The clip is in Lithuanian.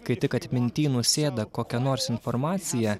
kai tik atminty nusėda kokia nors informacija